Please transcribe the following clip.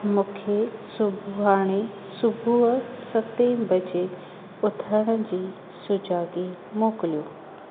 मूंखे सुभाणे सुबुह सतें बजे उथण जी सुजाॻी मोकिलियो